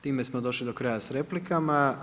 Time smo došli do kraja s replikama.